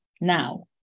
now